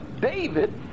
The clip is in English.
David